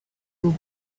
will